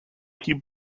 tnt